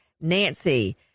Nancy